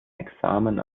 examen